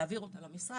להעביר אותה למשרד,